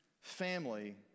family